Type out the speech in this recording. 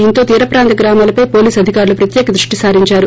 దీంతో తీరప్రాంత గ్రామాలపై పోలీసు అధికారులు ప్రత్యేక దృష్టి సారించారు